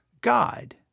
God